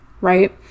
right